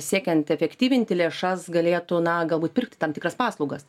siekiant efektyvinti lėšas galėtų na galbūt pirkti tam tikras paslaugas